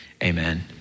Amen